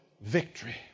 victory